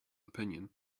opinion